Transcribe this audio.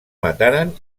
mataren